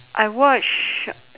I watch